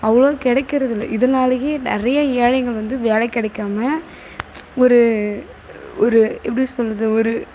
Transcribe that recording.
அவ்வளோ கிடைக்கிறதில்லை இதனாலேயே நிறைய ஏழைகள் வந்து வேலை கிடைக்காமல் ஒரு ஒரு எப்படி சொல்கிறது ஒரு